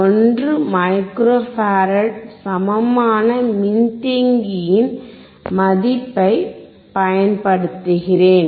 1 micro ஃபாரட்க்கு சமமான மின்தேக்கியின் மதிப்பைப் பயன்படுத்துகிறேன்